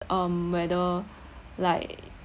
um whether like